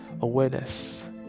awareness